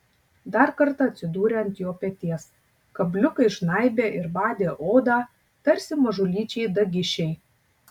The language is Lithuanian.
dar kartą atsidūrė ant jos peties kabliukai žnaibė ir badė odą tarsi mažulyčiai dagišiai